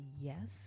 yes